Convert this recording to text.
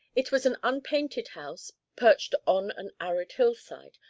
it was an unpainted house perched on an arid hillside,